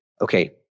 okay